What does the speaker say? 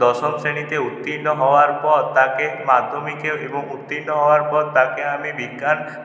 দশম শ্রেণীতে উত্তীর্ণ হওয়ার পর তাকে মাধ্যমিকে এবং উত্তীর্ণ হওয়ার পর তাকে আমি বিজ্ঞান